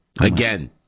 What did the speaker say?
Again